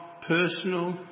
personal